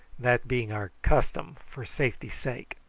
that being our custom for safety's sake.